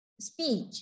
speech